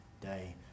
day